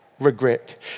Regret